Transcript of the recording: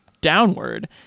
downward